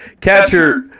catcher